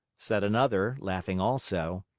said another, laughing also.